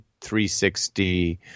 360